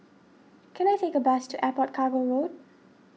can I take a bus to Airport Cargo Road